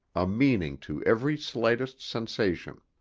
a meaning to every slightest sensation.